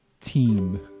team